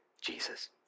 Jesus